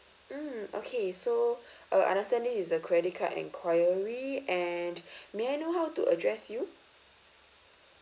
mm okay so I understand this is a credit card enquiry and may I know how to address you